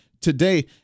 today